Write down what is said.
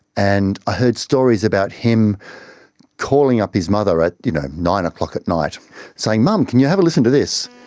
and i heard stories about him calling up his mother at you know nine o'clock at night saying, mum, can you have a listen to this?